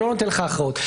שלא נותן לך הכרעות.